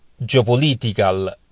geopolitical